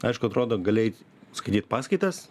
aišku atrodo gali eit skaityt paskaitas